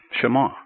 Shema